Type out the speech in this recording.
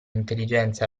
intelligenza